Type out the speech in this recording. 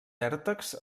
vèrtex